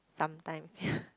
sometimes